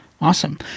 Awesome